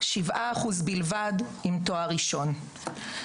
7% בלבד עם תואר ראשון.